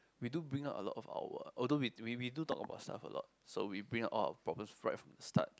we do bring out a lot of our although we we do talk about stuff a lot so we bring out all our problems right from the start